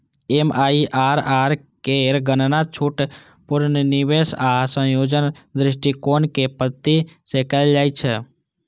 MIRR केर गणना छूट, पुनर्निवेश आ संयोजन दृष्टिकोणक पद्धति सं कैल जाइ छै